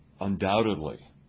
undoubtedly